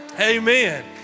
Amen